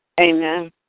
Amen